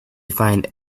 find